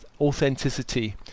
authenticity